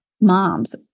moms